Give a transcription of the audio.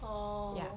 oh